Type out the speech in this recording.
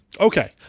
Okay